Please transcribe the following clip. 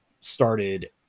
started